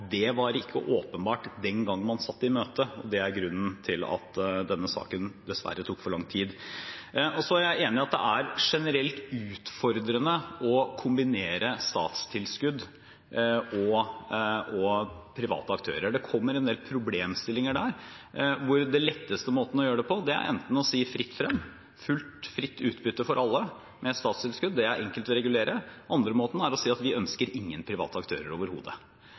det var ikke åpenbart den gang man satt i møte. Det er grunnen til at denne saken dessverre tok for lang tid. Så er jeg enig i at det er generelt utfordrende å kombinere statstilskudd og private aktører. Det kommer en del problemstillinger hvor den letteste måten å gjøre det på er å si fritt frem, fullt utbytte for alle med statstilskudd. Det er enkelt å regulere. Den andre måten er å si at vi ønsker ingen private aktører overhodet.